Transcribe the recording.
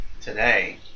today